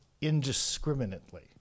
indiscriminately